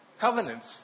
covenants